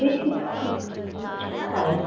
ठीक है हम अच्छा है